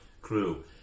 crew